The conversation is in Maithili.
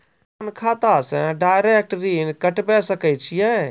अपन खाता से डायरेक्ट ऋण कटबे सके छियै?